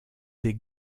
des